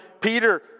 Peter